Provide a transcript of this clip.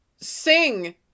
sing